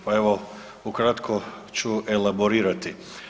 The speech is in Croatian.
Pa evo ukratko ću elaborirati.